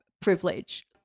privilege